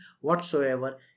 whatsoever